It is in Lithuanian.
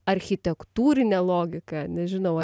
architektūrinė logika nežinau